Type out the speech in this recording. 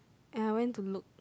and I went to look